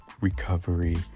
recovery